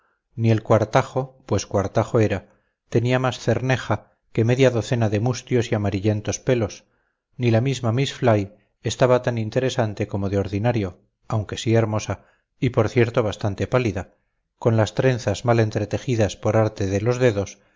ni el cuartajo pues cuartajo era tenía más cerneja que media docena de mustios y amarillentos pelos ni la misma miss fly estaba tan interesante como de ordinario aunque sí hermosa y por cierto bastante pálida con las trenzas mal entretejidas por arte de los dedos